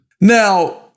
now